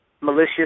malicious